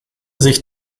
sich